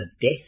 death